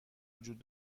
وجود